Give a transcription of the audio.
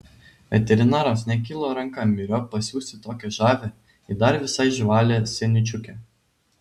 veterinarams nekilo ranką myriop pasiųsti tokią žavią ir dar visai žvalią senučiukę